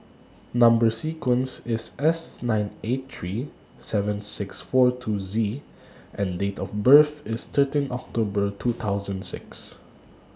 Number sequence IS S nine eight three seven six four two Z and Date of birth IS thirteen October two thousand six